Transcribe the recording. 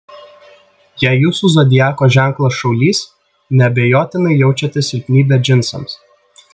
jei jūsų zodiako ženklas šaulys neabejotinai jaučiate silpnybę džinsams